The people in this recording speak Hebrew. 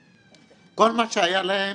כל מה שהיה להם,